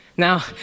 Now